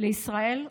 לישראל ובארץ.